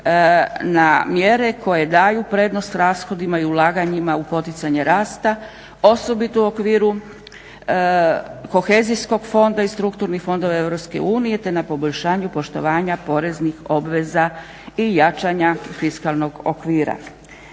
na mjere koje daju prednost rashodima i ulaganjima u poticanje rasta osobito u okviru kohezijskog fonda i strukturnih fondova Europske unije te na poboljšanju poštovanja poreznih obveza i jačanja fiskalnog okvira.